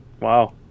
Wow